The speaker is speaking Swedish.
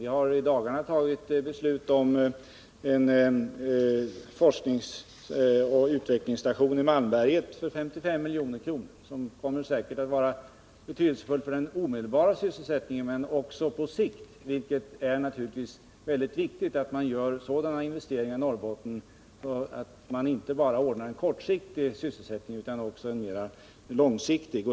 Vi har i dagarna fattat beslut om en forskningsoch utvecklingsstation i Malmberget för 55 milj.kr., som säkert 101 kommer att vara betydelsefull för den omedelbara sysselsättningen men också för sysselsättningen på sikt. Det är naturligtvis väldigt viktigt att man gör sådana investeringar i Norrbotten att man inte bara ordnar en kortsiktig sysselsättning utan också en mer långsiktig.